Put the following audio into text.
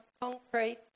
concrete